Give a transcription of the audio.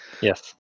Yes